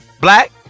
Black